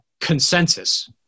consensus